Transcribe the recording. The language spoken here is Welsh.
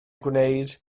gwneud